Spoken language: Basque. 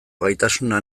gaitasuna